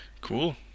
Cool